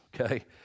okay